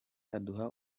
aduha